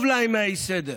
טוב להם עם האי-סדר,